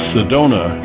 Sedona